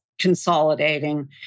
Consolidating